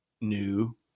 new